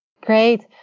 Great